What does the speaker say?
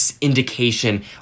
indication